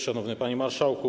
Szanowny Panie Marszałku!